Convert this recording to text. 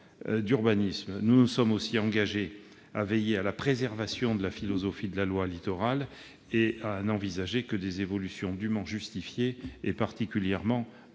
Nous nous sommes aussi engagés à veiller à la préservation de la philosophie de la loi Littoral et à n'envisager que des évolutions dûment justifiées et particulièrement encadrées.